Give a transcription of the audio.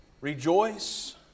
rejoice